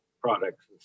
products